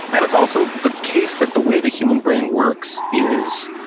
and it's also the case that the way the human brain works is,